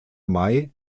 mai